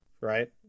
Right